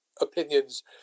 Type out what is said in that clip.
opinions